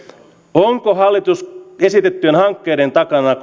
onko koko hallitus esitettyjen hankkeiden takana